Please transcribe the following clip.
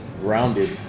grounded